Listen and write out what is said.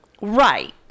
Right